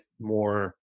more